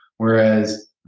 Whereas